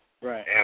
right